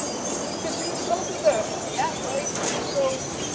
because you insulted them. yep. right? and so.